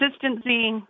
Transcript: consistency